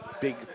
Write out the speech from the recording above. Big